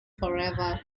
forever